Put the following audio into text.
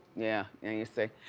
yeah. now, you see?